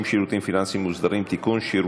(שירותים פיננסיים מוסדיים) (תיקון)